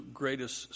greatest